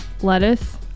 lettuce